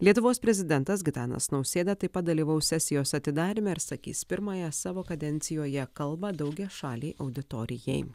lietuvos prezidentas gitanas nausėda taip pat dalyvaus sesijos atidaryme ir sakys pirmąją savo kadencijoje kalbą daugiašalei auditorijai